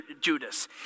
Judas